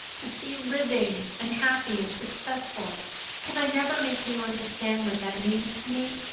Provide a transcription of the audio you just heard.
to see you living and happy and successful can i never make you understand what that means to me?